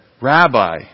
Rabbi